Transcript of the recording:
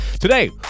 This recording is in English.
Today